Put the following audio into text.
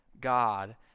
God